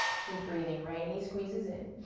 keep breathing. right knee squeezes in.